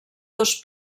dos